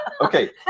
Okay